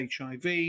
hiv